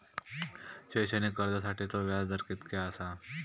शैक्षणिक कर्जासाठीचो व्याज दर कितक्या आसा?